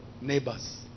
neighbors